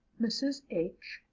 mrs. h.